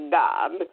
god